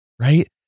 right